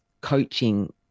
coaching